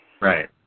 Right